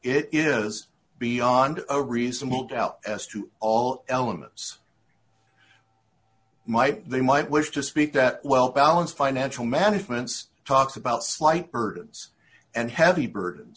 is beyond a reasonable doubt as to all elements might they might wish to speak that well balanced financial managements talk about slight birds and heavy burd